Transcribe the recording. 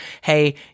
hey